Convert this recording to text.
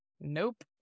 nope